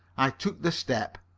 i took the step,